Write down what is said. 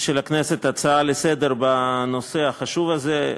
של הכנסת הצעות לסדר-היום בנושא החשוב הזה,